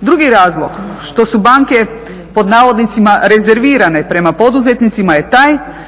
Drugi razlog što su banke "rezervirane" prema poduzetnicima je taj